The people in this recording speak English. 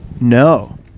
No